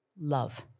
love